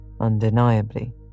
undeniably